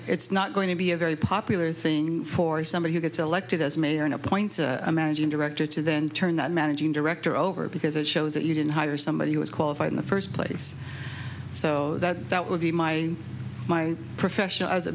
it's not going to be a very popular thing for somebody who gets elected as mayor in appoints a managing director to then turn that managing director over because it shows that you didn't hire somebody who is qualified in the first place so that that would be my my profession as a